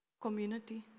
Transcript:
Community